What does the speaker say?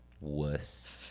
wuss